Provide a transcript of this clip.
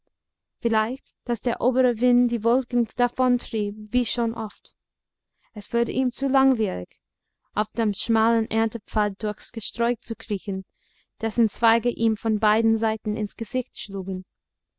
vielleicht daß der obere wind die wolken davontrieb wie schon oft es wurde ihm zu langwierig auf dem schmalen erntepfad durchs gesträuch zu kriechen dessen zweige ihm von beiden seiten ins gesicht schlugen